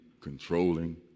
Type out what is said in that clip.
controlling